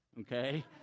okay